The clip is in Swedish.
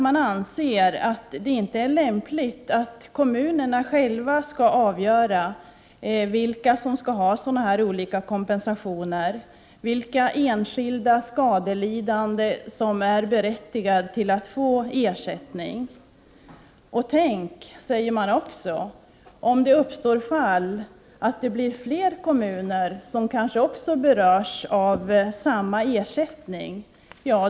Man anser att det inte är lämpligt att kommunerna själva skall avgöra vilka som skall ha olika kompensationer, vilka enskilda skadelidande som är berättigade till att få ersättning. Tänk, säger man också, om fler kommuner berörs av samma ersättning.